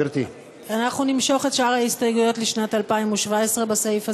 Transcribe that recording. אנחנו נמשוך את שאר ההסתייגויות לשנת 2017 בסעיף הזה.